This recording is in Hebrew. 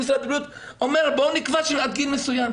משרד הבריאות אומר 'בואו נקבע עד גיל מסוים'.